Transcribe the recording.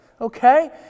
Okay